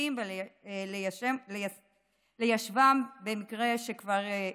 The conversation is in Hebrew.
סכסוכים וליישבם במקרה שכבר התחילו.